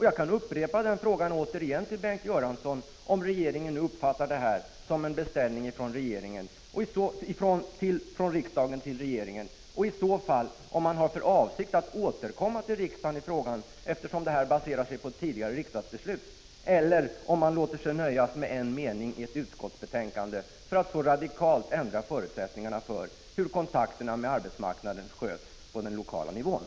Jag kan upprepa mina frågor till Bengt Göransson: Uppfattar regeringen detta som en beställning från riksdagen till regeringen? Har regeringen i så fall— eftersom bestämmelserna baserar sig på ett tidigare riksdagsbeslut — för avsikt att återkomma till riksdagen i frågan? Eller låter sig regeringen nöja med en mening i ett utskottsbetänkande för att så radikalt som det här är fråga om ändra förutsättningarna för hur kontakterna med arbetsmarknaden skall skötas på den lokala nivån?